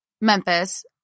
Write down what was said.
Memphis